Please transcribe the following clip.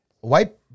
White